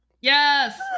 Yes